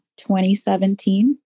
2017